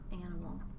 animal